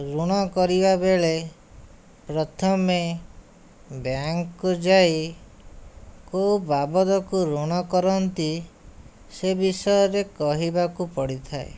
ଋଣ କରିବାବେଳେ ପ୍ରଥମେ ବ୍ୟାଙ୍କକୁ ଯାଇ କେଉଁ ବାବଦକୁ ଋଣ କରନ୍ତି ସେ ବିଷୟରେ କହିବାକୁ ପଡ଼ିଥାଏ